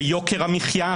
שיוקר המחייה,